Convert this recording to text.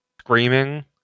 screaming